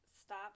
stop